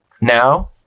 Now